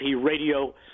radio